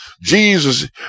Jesus